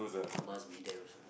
I must be there also